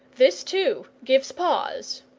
this too gives pause,